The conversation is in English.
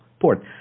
port